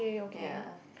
ya